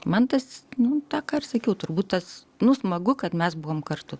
man tas nu tą ką ir sakiau turbūt tas nu smagu kad mes buvom kartu